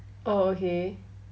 oh okay